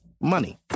Money